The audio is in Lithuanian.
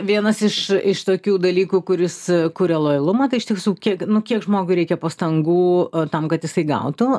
vienas iš iš tokių dalykų kuris kuria lojalumą tai iš tiesų kiek nu kiek žmogui reikia pastangų tam kad jisai gautų